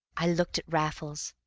i looked at raffles.